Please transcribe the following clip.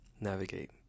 navigate